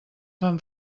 fan